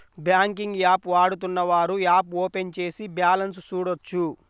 banking app వాడుతున్నవారు app open చేసి balance చూడొచ్చు